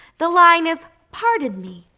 the line is pardon me.